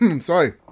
Sorry